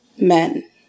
men